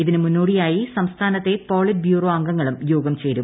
ഇതിന് മുന്നോടിയായി സംസ്ഥാനത്തെ പോളിറ്റ് ബ്യൂറോ അംഗങ്ങളും യോഗം ചേരും